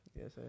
Yes